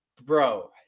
Bro